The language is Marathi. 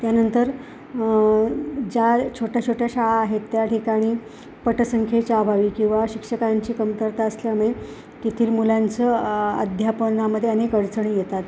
त्यानंतर ज्या छोट्या छोट्या शाळा आहेत त्या ठिकाणी पटसंख्येच्या अभावी किंवा शिक्षकांची कमतरता असल्यामुळे तेथील मुलांचं अध्यापनामध्ये अनेक अडचणी येतात